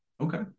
okay